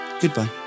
Goodbye